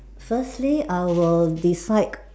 firstly I will decide